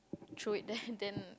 throw it there then